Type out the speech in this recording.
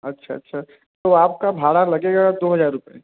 अच्छा अच्छा तो आपको भाड़ा लगेगा दो हज़ार रुपये